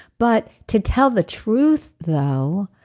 but to tell the truth, though,